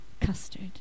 custard